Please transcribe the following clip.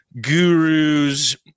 gurus